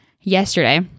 yesterday